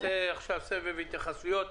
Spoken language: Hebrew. נדחה תאריך השבת הכסף פעם ופעמיים.